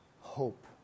hope